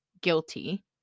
guilty